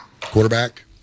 Quarterback